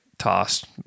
tossed